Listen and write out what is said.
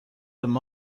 them